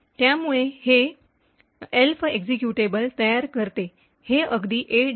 त्यामुळे हे ELF executable तयार करते हे अगदी a